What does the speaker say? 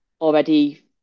already